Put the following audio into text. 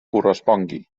correspongui